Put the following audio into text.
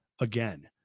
again